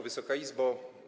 Wysoka Izbo!